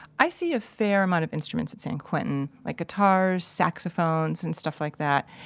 i see a fair amount of instruments at san quentin, like guitars, saxophones and stuff like that.